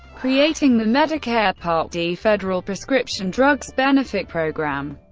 creating the medicare part d federal prescription drugs benefit program.